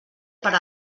per